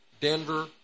Denver